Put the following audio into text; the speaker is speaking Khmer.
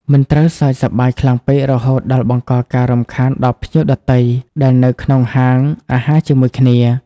មិនត្រូវសើចសប្បាយខ្លាំងពេក រហូតដល់បង្កការរំខានដល់ភ្ញៀវដទៃដែលនៅក្នុងហាងអាហារជាមួយគ្នា។